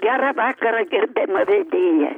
gerą vakarą gerbiama vedėja